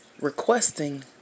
Requesting